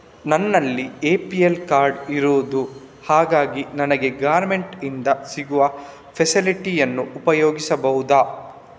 ನನ್ನಲ್ಲಿ APL card ಇರುದು ಹಾಗಾಗಿ ನನಗೆ ಗವರ್ನಮೆಂಟ್ ಇಂದ ಸಿಗುವ ಫೆಸಿಲಿಟಿ ಅನ್ನು ಉಪಯೋಗಿಸಬಹುದಾ?